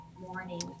morning